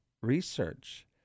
Research